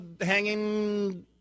hanging